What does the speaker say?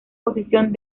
posición